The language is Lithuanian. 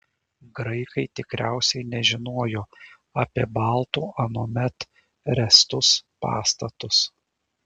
graikai tikriausiai nežinojo apie baltų anuomet ręstus pastatus